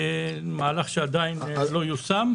מהלך שעדיין לא יושם.